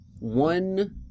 One